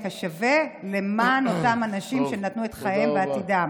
השווה למען אותם אנשים שנתנו את חייהם ועתידם.